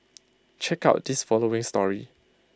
check out this following story